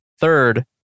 third